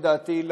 לדעתי,